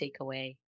takeaway